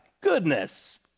goodness